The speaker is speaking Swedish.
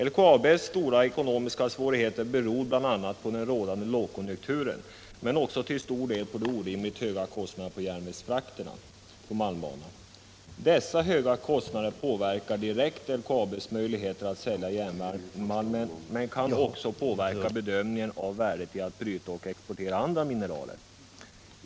LKAB:s stora ekonomiska svårigheter beror bl.a. på den rådande lågkonjunkturen men också till stor del på de orimligt höga kostnaderna för järnvägsfrakterna på malmbanan. Dessa höga kostnader påverkar direkt LKAB:s möjligheter att sälja järnmalmen men kan också påverka bedömningen av värdet i att bryta och exportera andra mineraler.